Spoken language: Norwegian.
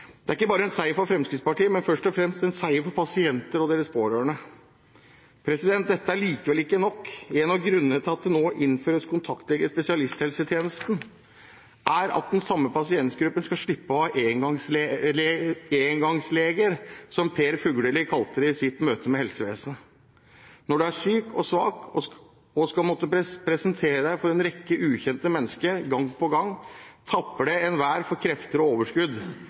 Det er en seier for Fremskrittspartiet, men først og fremst en seier for pasienter og deres pårørende. Dette er likevel ikke nok. En av grunnene til at det nå innføres kontaktlege i spesialisthelsetjenesten, er at den samme pasientgruppen skal slippe å ha engangsleger, som Per Fugelli kalte det i sitt møte med helsevesenet. Når man er syk og svak og skal måtte presentere seg for en rekke ukjente mennesker gang på gang, tapper det enhver for krefter og overskudd.